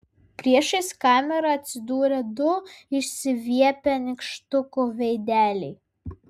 priešais kamerą atsidūrė du išsiviepę nykštukų veideliai